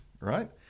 right